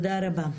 תודה רבה.